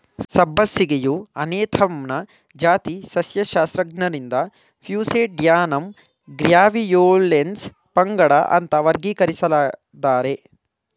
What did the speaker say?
ಸಬ್ಬಸಿಗೆಯು ಅನೇಥಮ್ನ ಜಾತಿ ಸಸ್ಯಶಾಸ್ತ್ರಜ್ಞರಿಂದ ಪ್ಯೂಸೇಡ್ಯಾನಮ್ ಗ್ರ್ಯಾವಿಯೋಲೆನ್ಸ್ ಪಂಗಡ ಅಂತ ವರ್ಗೀಕರಿಸಿದ್ದಾರೆ